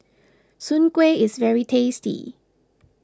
Soon Kueh is very tasty